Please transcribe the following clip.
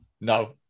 No